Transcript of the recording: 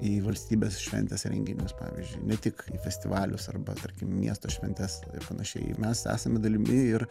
į valstybės šventes renginius pavyzdžiui ne tik festivalius arba tarkim miesto šventes ir panašiai mes esam dalimi ir